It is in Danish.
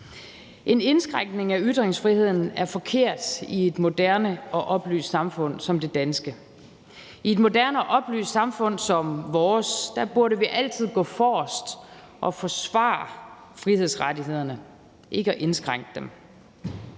En indskrænkning af ytringsfriheden er forkert i et moderne og oplyst samfund som det danske. I et moderne og oplyst samfund som vores burde vi altid gå forrest og forsvare frihedsrettighederne, ikke indskrænke dem.